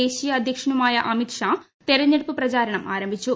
ദേശീയ അധ്യക്ഷനുമായ അമിത് ഷാ തെരെഞ്ഞെടുപ്പ് പ്രചാരണം ആരംഭിച്ചു